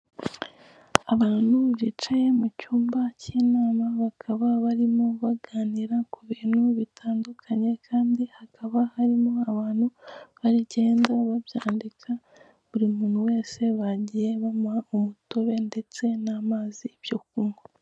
Abantu bicaye mu cyumba cy'inama, bakaba barimo baganira ku bintu bitandukanye kandi hakaba harimo abantu bagenda babyandika, buri muntu wese bagiye bamuha umutobe ndetse n'amazi byo kunywa.